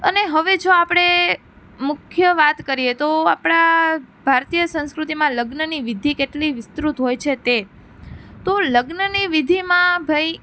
અને હવે જો આપણે મુખ્ય વાત કરીએ તો આપણા ભારતીય સંસ્કૃતિમાં લગ્નની વિધિ કેટલી વિસ્તૃત હોય છે તે તો લગ્નની વિધિમાં ભાઈ